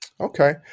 Okay